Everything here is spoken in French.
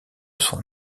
son